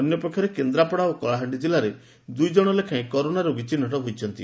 ଅନ୍ୟପକ୍ଷରେ କେନ୍ଦ୍ରାପଡା ଓ କଳାହାଣ୍ଡି କିଲ୍ଲାରେ ଦୁଇଜଣ ଲେଖାଏଁ ଚିହ୍ନଟ ହୋଇଛନ୍ତି